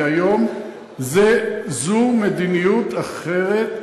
כי היום זו מדיניות אחרת.